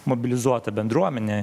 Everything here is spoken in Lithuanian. mobilizuota bendruomenė